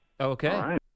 Okay